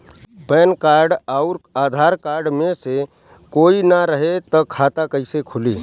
Pan card Aadhaar आधार कार्ड मे से कोई ना रहे त खाता कैसे खुली?